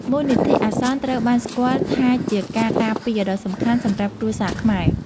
មូលនិធិអាសន្នត្រូវបានស្គាល់ថាជាការការពារដ៏សំខាន់សម្រាប់គ្រួសារខ្មែរ។